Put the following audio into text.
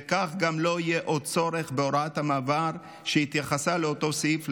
וכך גם לא יהיה עוד צורך בהוראת המעבר שהתייחסה לאותו סעיף.